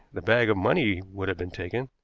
the bag of money would have been taken.